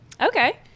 Okay